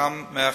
מתוכם 100 חדשים.